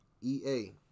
E-A